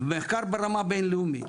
ברמה הבינלאומית.